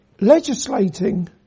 legislating